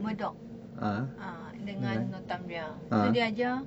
murdoch ah dengan northumbria so dia ajar